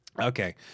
Okay